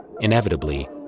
Inevitably